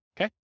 Okay